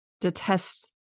detest